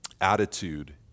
attitude